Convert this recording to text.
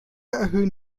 erhöhen